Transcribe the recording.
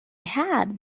had